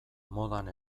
modan